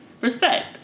respect